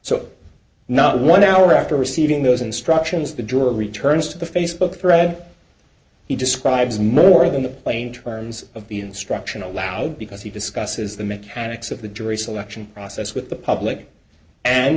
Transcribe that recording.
so not one hour after receiving those instructions to draw returns to the facebook thread he describes more than the plain terms of the instruction allowed because he discusses the mechanics of the jury selection process with the public and